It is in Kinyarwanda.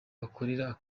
bakorera